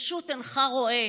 פשוט אינך רואה,